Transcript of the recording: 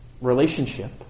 relationship